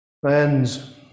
Friends